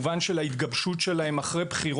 משמעותיים.